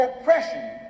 oppression